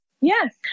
Yes